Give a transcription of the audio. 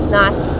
nice